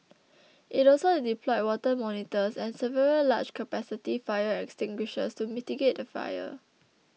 it also deployed water monitors and several large capacity fire extinguishers to mitigate the fire